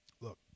look